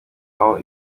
aho